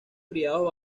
criados